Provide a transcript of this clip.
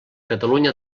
catalunya